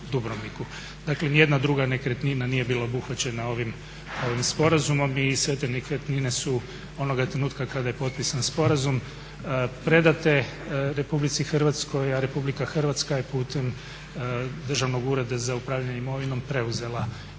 Dakle, nijedna druga nekretnina nije bila obuhvaćena ovim sporazumom i sve te nekretnine su onoga trenutka kada je potpisan sporazum predate RH a RH je putem Državnog ureda za upravljanje imovinom preuzela i ovoga